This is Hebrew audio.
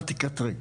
אל תקטרי,